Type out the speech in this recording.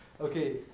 Okay